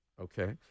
Okay